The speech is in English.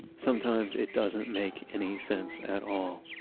sometimes it doesn't make any sense at all.